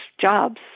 jobs